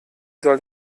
soll